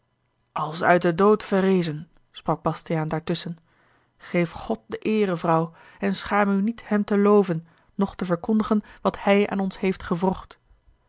als uit den dood verrezen sprak bastiaan daartusschen geef god de eere vrouw en schaam u niet hem te loven noch te verkondigen wat hij aan ons heeft gewrocht